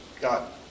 got